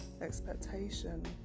expectation